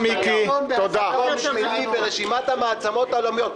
מקום שמיני ברשימת המעצמות העולמיות.